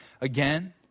Again